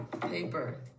paper